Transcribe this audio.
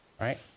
right